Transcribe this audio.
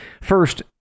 First